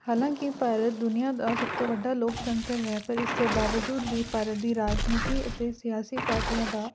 ਹਾਲਾਂਕਿ ਭਾਰਤ ਦੁਨੀਆ ਦਾ ਸਭ ਤੋਂ ਵੱਡਾ ਲੋਕਤੰਤਰ ਹੈ ਪਰ ਇਸਦੇ ਬਾਵਜੂਦ ਵੀ ਭਾਰਤ ਦੀ ਰਾਜਨੀਤੀ ਅਤੇ ਸਿਆਸੀ ਪਾਰਟੀਆਂ ਦਾ